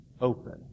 open